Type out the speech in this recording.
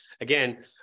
again